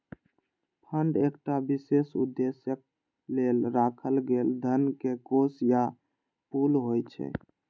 fund एकटा विशेष उद्देश्यक लेल राखल गेल धन के कोष या पुल होइ छै